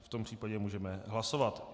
V tom případě můžeme hlasovat.